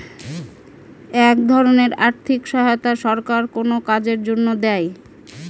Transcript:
এক ধরনের আর্থিক সহায়তা সরকার কোনো কাজের জন্য দেয়